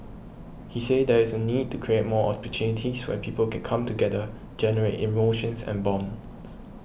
he said there is a need to create more opportunities where people can come together generate emotions and bonds